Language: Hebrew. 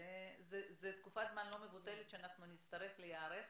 זאת תקופת זמן לא מבוטלת שנצטרך להיערך